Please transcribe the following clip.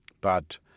But